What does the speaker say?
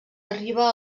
arriba